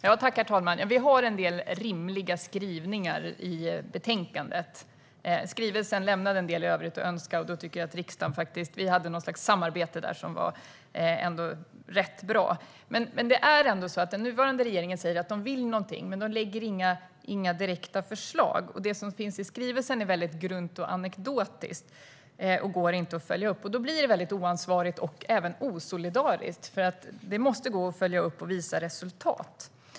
Herr talman! Ja, vi har en del rimliga skrivningar i betänkandet. Skrivelsen lämnar en del övrigt att önska, men vi hade något slags samarbete där som ändå var rätt bra. Den nuvarande regeringen säger att den vill någonting, men den lägger inga direkta förslag. Det som finns i skrivelsen är grunt och anekdotiskt och går inte att följa upp. Då blir det väldigt oansvarigt och även osolidariskt, för det måste gå att följa upp och att visa resultat.